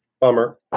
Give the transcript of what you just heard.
bummer